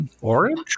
Orange